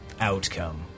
outcome